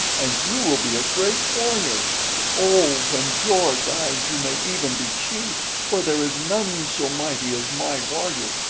and you will be a great warrior oh, when jor dies you may even be chief, for there is none so mighty as my warrior.